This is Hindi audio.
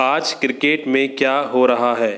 आज क्रिकेट में क्या हो रहा है